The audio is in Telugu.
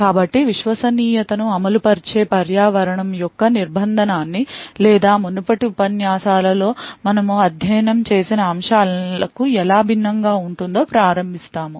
కాబట్టి విశ్వసనీయతను అమలు పరిచే పర్యావరణము యొక్క నిర్బంధానికి లేదా మునుపటి ఉపన్యాసాలలో మనము అధ్యయనం చేసిన అంశాలకు ఎలా భిన్నంగా ఉంటుందో ప్రారంభిస్తాము